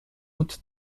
und